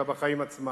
אלא בחיים עצמם,